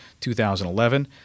2011